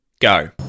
Go